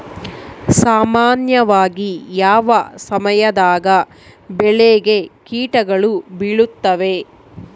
ಸಾಮಾನ್ಯವಾಗಿ ಯಾವ ಸಮಯದಾಗ ಬೆಳೆಗೆ ಕೇಟಗಳು ಬೇಳುತ್ತವೆ?